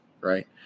Right